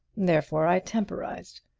therefore i temporized.